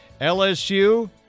LSU